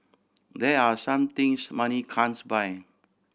there are some things money can't buy